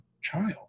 child